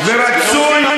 ורצוי,